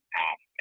half